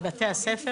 בבתי הספר?